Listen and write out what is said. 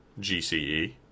GCE